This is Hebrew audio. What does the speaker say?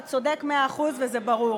אתה צודק מאה אחוז וזה ברור.